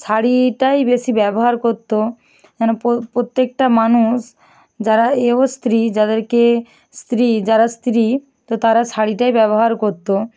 শাড়িটাই বেশি ব্যবহার করতো যেন প্রত্যেকটা মানুষ যারা এয়ো স্ত্রী যাদেরকে স্ত্রী যারা স্ত্রী তো তারা শাড়িটাই ব্যবহার করতো